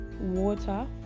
water